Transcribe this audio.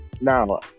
now